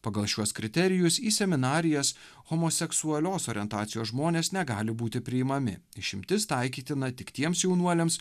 pagal šiuos kriterijus į seminarijas homoseksualios orientacijos žmonės negali būti priimami išimtis taikytina tik tiems jaunuoliams